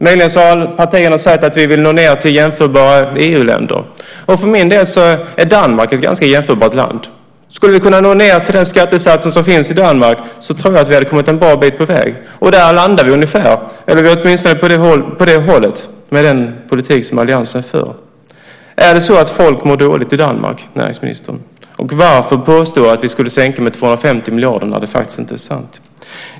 Möjligen har partierna sagt att vi vill nå ned till jämförbara EU-länder. För min del är Danmark ett jämförbart land. Skulle vi nå ned till skattesatsen i Danmark hade vi kommit en bra bit på väg. Där landar vi ungefär med den politik som alliansen för. Mår folk dåligt i Danmark, näringsministern? Varför påstå att vi skulle sänka med 250 miljarder när det faktiskt inte är sant?